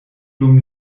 dum